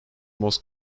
most